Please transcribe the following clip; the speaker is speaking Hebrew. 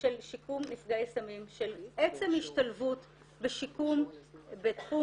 של שיקום נפגעי סמים שעצם השתלבות בשיקום בתחום